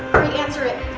answer it.